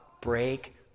break